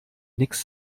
nix